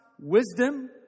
wisdom